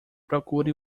procure